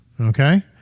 Okay